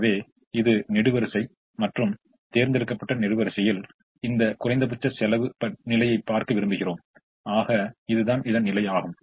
எனவே இது நெடுவரிசை மற்றும் தேர்ந்தெடுக்கப்பட்ட நெடுவரிசையில் இந்த குறைந்தபட்ச செலவு நிலையைப் பார்க்க விரும்புகிறோம் ஆக இதுதான் இதன் நிலையாகும்